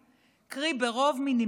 קרי ברוב מינימלי,